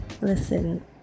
Listen